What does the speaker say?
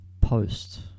post